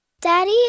Daddy